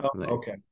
okay